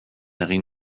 egin